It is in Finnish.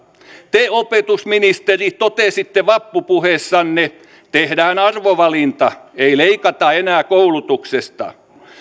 te opetusministeri totesitte vappupuheessanne tehdään arvovalinta ei leikata enää koulutuksesta